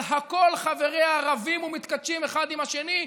על הכול חבריה רבים ומתכתשים אחד עם השני,